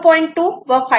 2 व 5